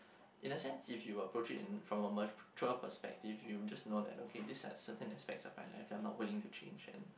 in a sense if you approach it from a mature perspective you just know that okay these are certain aspects of my life that I'm not willing to change yet